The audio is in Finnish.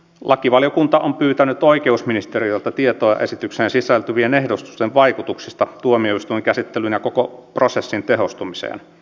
lakivaliokunta on pyytänyt oikeusministeriöltä tietoa esitykseen sisältyvien ehdotusten vaikutuksista tuomioistuinkäsittelyn ja koko prosessin tehostumiseen